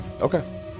Okay